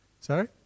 Sorry